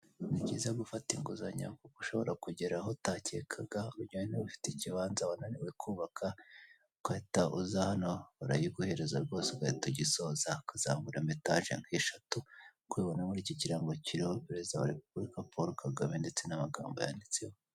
Nibyiza gufata inguzanyo kuko ushobora kugera aho utacyekaga, mugihe waba ufite ikibanza wananiwe kubaka, ugahita uza hano barayiguhereza rwose ugahita ugisoza, ukazamuramo etaje nk'eshatu, uko ubibona kuri icyo kirango kiriho perezida wa repuburika paul kagame, ndetse n'amagambo yanditseho.